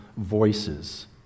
Voices